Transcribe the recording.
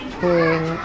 pouring